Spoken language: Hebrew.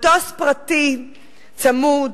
מטוס פרטי צמוד,